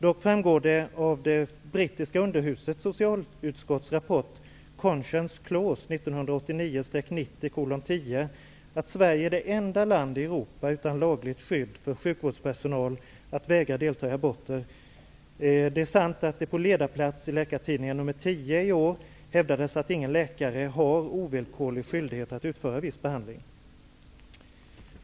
Det framgår av det brittiska underhusets socialutskotts rapport Conscience Clause 1989/90:10 att Sverige är det enda landet i Europa utan lagligt skydd för sjukvårdspersonal att vägra delta i aborter. Det är dock sant att det på ledarplats i Läkartidningen nr 10 i år hävdades att ingen läkare har ovillkorlig skyldighet att utföra viss behandling.